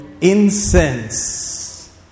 incense